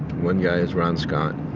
one guy is ron scott,